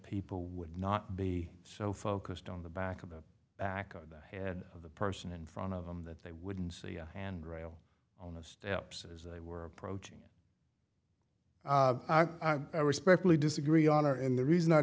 people would not be so focused on the back of the back of the head of the person in front of them that they wouldn't see a handrail on the steps as they were approaching i respectfully disagree on or in the reason i